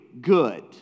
good